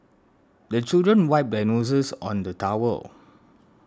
the children wipe their noses on the towel